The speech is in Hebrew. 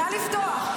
נא לפתוח.